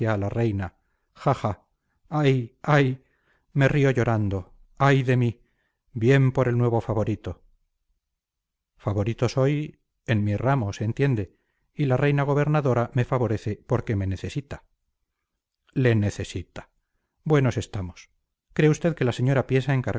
a la reina ja ja ay ay me río llorando ay de mí bien por el nuevo favorito favorito soy en mi ramo se entiende y la reina gobernadora me favorece porque me necesita le necesita buenos estamos cree usted que la señora piensa